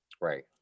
right